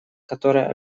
которая